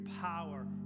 power